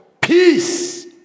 peace